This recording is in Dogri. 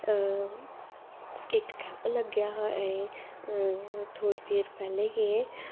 इक कैंप लगेआ हा थोह्ड़ी देर पैह्ले गे